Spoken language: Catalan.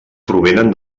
provenen